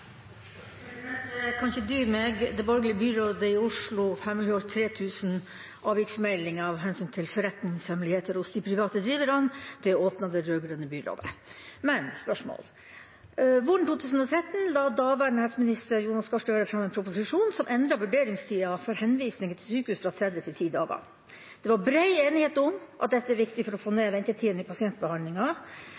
det rød-grønne byrådet opp. Spørsmålet mitt er: Våren 2013 la daværende helseminister Jonas Gahr Støre fram en proposisjon som endret vurderingstida for henvisning til sykehus fra 30 til 10 dager. Det var bred enighet om at dette var viktig for å få